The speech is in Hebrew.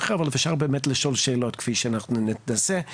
אבל אפשר באמת לשאול שאלות, כפי שאנחנו נעשה.